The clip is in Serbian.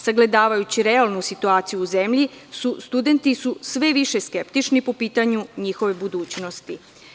Sagledavajući realnu situaciju u zemlji studenti su sve više skeptični po pitanju njihove budućnosti.